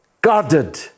guarded